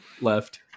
Left